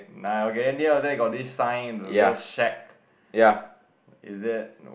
ya ya